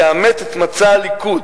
יאמץ את מצע הליכוד,